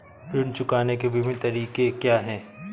ऋण चुकाने के विभिन्न तरीके क्या हैं?